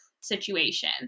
situation